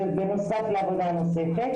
זה בנוסף לעבודה נוספת.